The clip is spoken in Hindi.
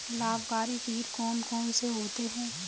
लाभकारी कीट कौन कौन से होते हैं?